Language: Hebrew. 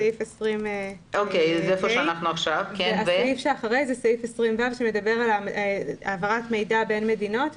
סעיף 20ה. הסעיף השני הוא סעיף 20ו שמדבר על העברת מידע בין מדינות.